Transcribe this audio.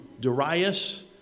Darius